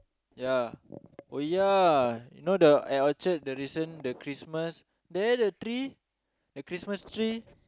ya oh ya you know the at Orchard the recent the Christmas there the tree the Christmas tree